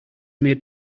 made